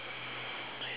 two more minutes